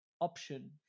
option